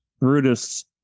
Brutus